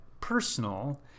personal